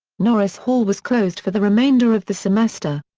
norris hall was closed for the remainder of the semester.